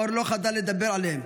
אור לא חדל לדבר עליהם,